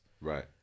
Right